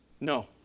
No